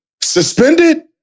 suspended